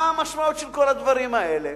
מה המשמעויות של כל הדברים האלה.